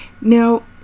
Now